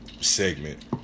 segment